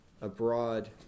abroad